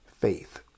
Faith